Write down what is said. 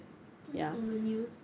on the news